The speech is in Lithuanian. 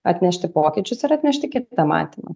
atnešti pokyčius ir atnešti kitą matymą